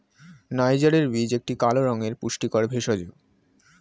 নাইজারের বীজ একটি কালো রঙের পুষ্টিকর ভেষজ